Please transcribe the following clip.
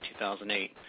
2008